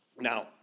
Now